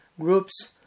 groups